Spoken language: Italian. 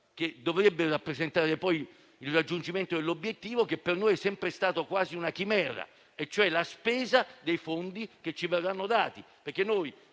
che dovrebbe rappresentare il raggiungimento di un obiettivo che per noi è sempre stato quasi una chimera, cioè la spesa dei fondi che ci verranno dati.